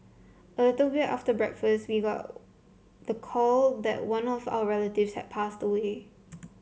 a little bit after breakfast we got the call that one of our relatives have passed away